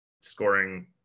scoring